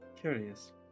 Curious